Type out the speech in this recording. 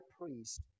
priest